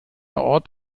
ort